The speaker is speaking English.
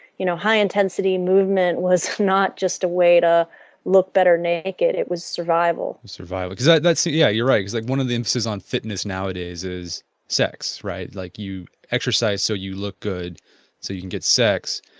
you know high intensity movement was not just a way to look better naked, it was survival survival, because that's yeah, you're right. it's like one of the emphasis on fitness nowadays is sex, right like you exercise so you look good so you can get sex.